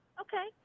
Okay